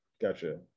Gotcha